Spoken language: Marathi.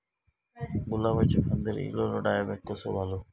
गुलाबाच्या फांदिर एलेलो डायबॅक कसो घालवं?